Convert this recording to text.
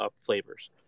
flavors